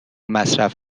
مصرف